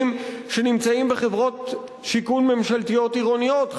שנמצא בחברות שיכון ממשלתיות עירוניות,